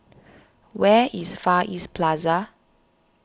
where is Far East Plaza